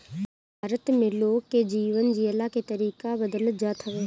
भारत में लोग के जीवन जियला के तरीका बदलत जात हवे